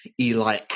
Eli